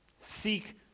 seek